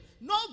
No